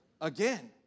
again